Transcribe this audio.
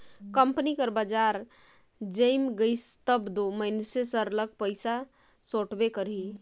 company कर बजार जइम गइस तब दो मइनसे सरलग पइसा सोंटबे करही